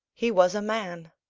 he was a man!